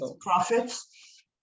profits